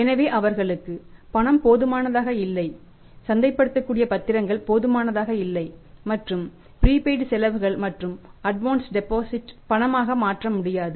எனவே அவர்களுக்கு பணம் போதுமானதாக இல்லை சந்தைப்படுத்தக்கூடிய பத்திரங்கள் போதுமானதாக இல்லை மற்றும் ப்ரீபெய்ட் கள் பணமாக மாற்ற முடியாது